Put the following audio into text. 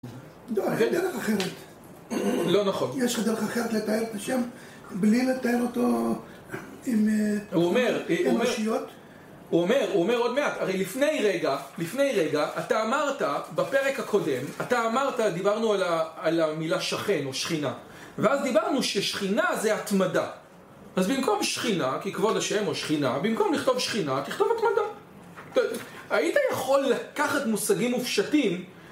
לא, אין דרך אחרת. לא נכון. יש לך דרך אחרת לתאר את השם בלי לתאר אותו עם תכונות אנושיות? הוא אומר עוד מעט, לפני רגע, אתה אמרת בפרק הקודם, אתה אמרת דיברנו על המילה שכן או שכינה ואז דיברנו ששכינה זה התמדה, אז במקום שכינה ככבוד השם או שכינה, במקום לכתוב שכינה תכתוב התמדה. היית יכול לקחת מושגים מופשטים